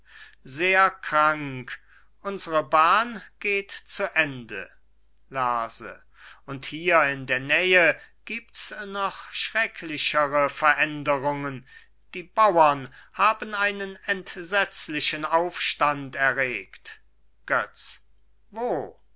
sehr krank unsere bahn geht zu ende lerse und hier in der nähe gibt's noch schrecklichere veränderungen die bauern haben einen entsetzlichen aufstand erregt götz wo